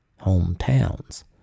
hometowns